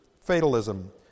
Fatalism